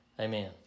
Amen